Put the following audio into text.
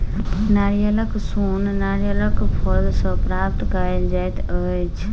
नारियलक सोन नारियलक फल सॅ प्राप्त कयल जाइत अछि